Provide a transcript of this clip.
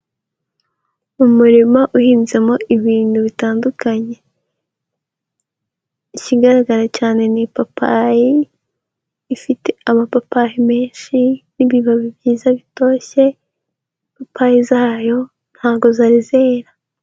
Umurima uhinzemo ibintu bitandukanye; ikigaragara cyane ni ipapayi ifite amapapayi menshi n'ibibabi byiza bitoshye. Ipapayi zayo ntago zari zera.